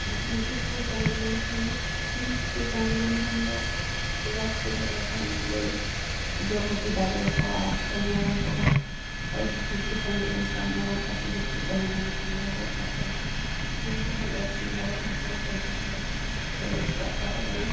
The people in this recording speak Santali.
ᱟᱨ ᱩᱱᱠᱩ ᱠᱚ ᱥᱟᱸᱜᱮ ᱞᱮᱱᱠᱷᱟᱱ ᱥᱤᱢ ᱠᱚᱠᱚ ᱥᱟᱸᱜᱮ ᱞᱮᱱᱠᱷᱟᱱ ᱯᱮᱲᱟ ᱠᱚ ᱠᱚ ᱦᱮᱡᱞᱮᱱ ᱠᱷᱟᱱ ᱩᱱᱠᱚᱞᱮ ᱡᱚᱢ ᱚᱪᱚ ᱫᱟᱲᱮᱣᱟᱠᱚᱣᱟ ᱟᱨ ᱥᱮ ᱢᱮᱨᱚᱢ ᱠᱚᱦᱚᱸ ᱟᱹᱰᱤ ᱰᱷᱮᱨᱠᱚ ᱥᱟᱸᱜᱮ ᱞᱮᱱᱠᱷᱟᱱ ᱢᱮᱨᱚᱢ ᱠᱷᱟᱥᱤ ᱠᱚᱠᱚ ᱛᱟᱦᱮᱸ ᱞᱮᱱᱠᱷᱟᱱ ᱫᱚ ᱜᱚᱡ ᱠᱟᱛᱮᱫ ᱦᱚᱸ ᱡᱤᱞ ᱛᱮᱦᱚᱸ ᱞᱮ ᱟᱠᱷᱨᱤᱧ ᱫᱟᱲᱮᱜᱼᱟ ᱩᱱ ᱡᱚᱠᱷᱚᱱ ᱯᱚᱭᱥᱟ ᱦᱚᱸᱞᱮ ᱨᱚᱡᱽᱜᱟᱨ ᱫᱟᱲᱮᱭᱟᱜᱼᱟ